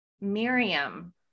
Miriam